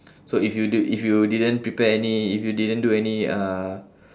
so if you do if you didn't prepare any if you didn't do any uh